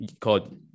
called